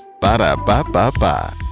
Ba-da-ba-ba-ba